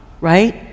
right